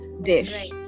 dish